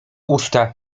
usta